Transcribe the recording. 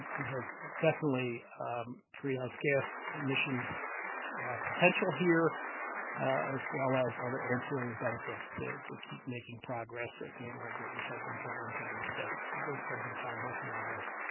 it has definitely greenhouse gas emissions potential here as well as other ancillary benefits to to keep making progress it in our great recycling programs around the states. we're going to spend some time working on this.